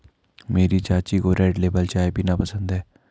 मेरी चाची को रेड लेबल चाय पीना पसंद है